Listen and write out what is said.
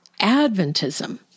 Adventism